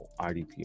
IDP